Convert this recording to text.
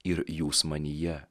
ir jūs manyje